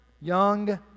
young